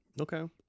okay